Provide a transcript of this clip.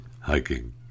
hiking